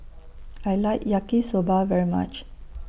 I like Yaki Soba very much